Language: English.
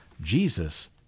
Jesus